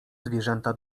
zwierzęta